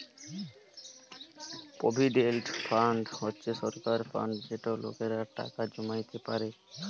provident fund হছে সরকারের fund যেটতে লকেরা টাকা জমাইতে পারে